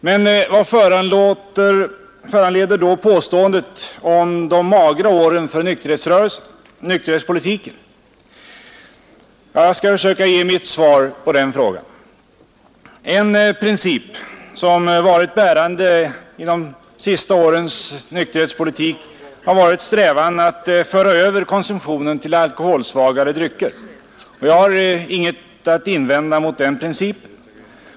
Men vad föranleder då påståendet om de magra åren för nykterhetspolitiken? Jag skall försöka ge mitt svar på den frågan. En bärande princip i de sista årens nykterhetspolitik har varit strävan att föra över konsumtionen till alkoholsvagare drycker. Jag har inget att invända mot den principen.